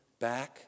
back